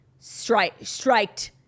striked